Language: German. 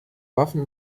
waffe